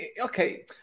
okay